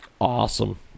Awesome